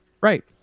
Right